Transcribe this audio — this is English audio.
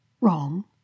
Wrong